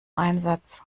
einsatz